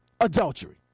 adultery